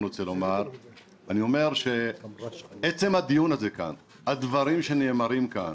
אני אומר שעצם הדיון הזה כאן והדברים שנאמרים כאן